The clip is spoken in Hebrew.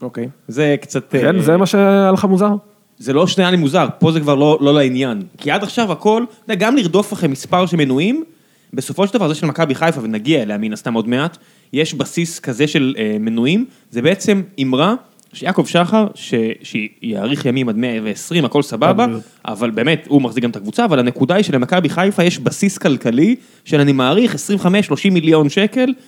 אוקיי, זה קצת... כן, זה מה שהיה לך מוזר. זה לא שנייה לי מוזר, פה זה כבר לא לעניין. כי עד עכשיו הכל, גם לרדוף אחרי מספר של מנויים, בסופו של דבר זה של מכבי חיפה, ונגיע אליה מן סתם עוד מעט, יש בסיס כזה של מנויים, זה בעצם אמרה שיעקב שחר, שיאריך ימים עד 120, הכל סבבה, אבל באמת, הוא מחזיק גם את הקבוצה, אבל הנקודה היא שלמכבי חיפה, יש בסיס כלכלי, שאני מעריך 25-30 מיליון שקל.